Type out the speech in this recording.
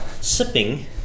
sipping